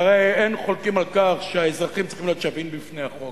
והרי אין חולקים על כך שהאזרחים צריכים להיות שווים בפני החוק,